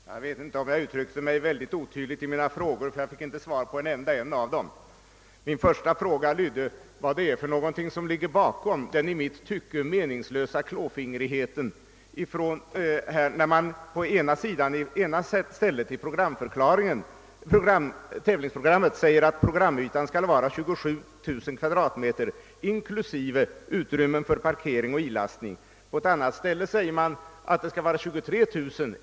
Herr talman! Jag vet inte om jag uttryckte mig mycket otydligt när jag ställde mina frågor, men jag fick inte svar på någon av dem. Min första fråga gällde vad det är som ligger bakom den i mitt tycke meningslösa klåfingrigheten, när man på ett ställe i tävlingsprogrammet säger att programytan skall vara 27000 m? inklusive utrymmen för parkering och ilastning och på ett annat ställe säger att programytan skall vara 23 000 m?